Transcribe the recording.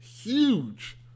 huge